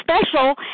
special